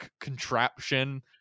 contraption